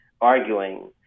arguing